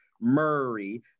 Murray